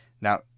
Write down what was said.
Now